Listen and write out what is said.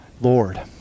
Lord